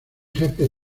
jefes